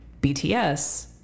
BTS